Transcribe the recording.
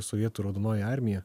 sovietų raudonoji armija